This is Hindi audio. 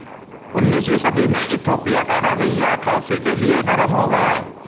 उन्नीसवीं सदी में इथोपिया का रवैया कॉफ़ी के लिए नरम हो गया